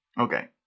Okay